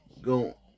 go